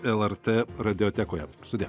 lrt radiotekoje sudie